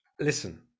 listen